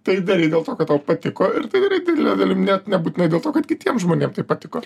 tai darei dėl to kad tau patiko ir tai darei didele dalim net nebūtinai dėl to kad kitiem žmonėm tai patiko